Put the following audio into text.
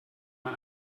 man